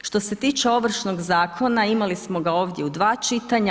Što se tiče Ovršnog zakona imali smo ga ovdje u dva čitanja.